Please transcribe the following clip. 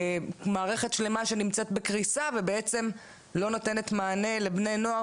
מערכת שלמה שנמצאת בקריסה ולא נותנת מענה לבני נוער.